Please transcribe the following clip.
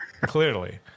Clearly